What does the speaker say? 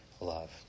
love